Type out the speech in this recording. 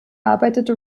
arbeitete